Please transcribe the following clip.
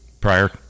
prior